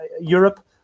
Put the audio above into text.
europe